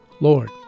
Lord